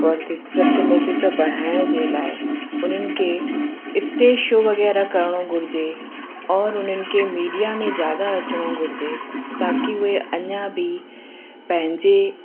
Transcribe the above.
पर प्रतिनिधित्व वधाइण जे लाइ उन्हनि खे स्टेज शो वग़ैरह करण घुरिजे और उन्हनि खे मीडिया में ज़्यादा अचिणो घुरिजे ताकि उहे अञा बि पंहिंजे